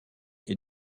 est